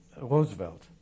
Roosevelt